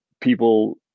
people